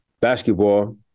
basketball